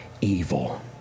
evil